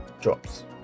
drops